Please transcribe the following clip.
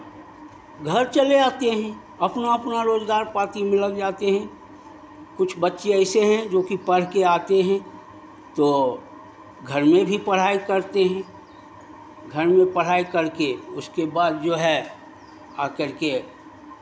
घर चले आते हैं अपना अपना रोजगार पाती में लग जाते हैं कुछ बच्चे ऐसे हैं जोकि पढ़ के आते हैं तो घर में भी पढ़ाई करते हैं घर में पढ़ाई करके उसके बाद जो है आ करके